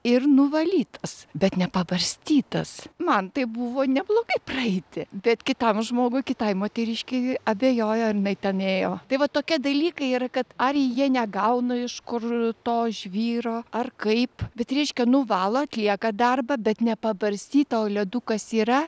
ir nuvalytas bet nepabarstytas man tai buvo neblogai praeiti bet kitam žmogui kitai moteriškei abejoju ar jinai ten ėjo tai va tokie dalykai yra kad ar jie negauna iš kur to žvyro ar kaip bet reiškia nuvalo atlieka darbą bet nepabarstyta o ledukas yra